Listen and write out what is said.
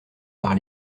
par